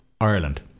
Ireland